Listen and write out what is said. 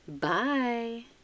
Bye